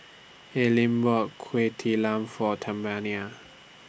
Alene bought Kueh Talam For